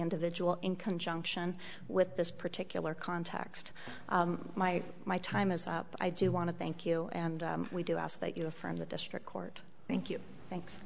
individual in conjunction with this particular context my my time is up i do want to thank you and we do ask that you know from the district court thank you thanks